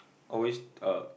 always uh